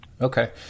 Okay